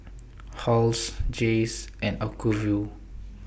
Halls Jays and Acuvue